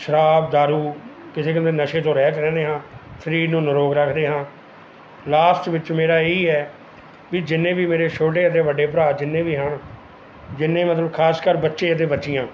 ਸ਼ਰਾਬ ਦਾਰੂ ਕਿਸੇ ਕਿਸਮ ਦੇ ਨਸ਼ੇ ਤੋਂ ਰਹਿਤ ਰਹਿੰਦੇ ਹਾਂ ਸਰੀਰ ਨੂੰ ਨਿਰੋਗ ਰੱਖਦੇ ਹਾਂ ਲਾਸਟ ਵਿੱਚ ਮੇਰਾ ਇਹੀ ਹੈ ਵੀ ਜਿੰਨੇ ਵੀ ਮੇਰੇ ਛੋਟੇ ਅਤੇ ਵੱਡੇ ਭਰਾ ਜਿੰਨੇ ਵੀ ਹਨ ਜਿੰਨੇ ਮਤਲਬ ਖ਼ਾਸਕਰ ਬੱਚੇ ਅਤੇ ਬੱਚੀਆਂ